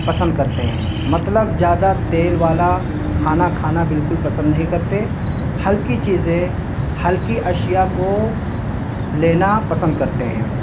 پسند کرتے ہیں مطلب زیادہ تیل والا کھانا کھانا بالکل پسند نہیں کرتے ہلکی چیزیں ہلکی اشیاء کو لینا پسند کرتے ہیں